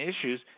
issues